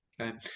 Okay